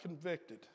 convicted